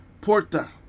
porta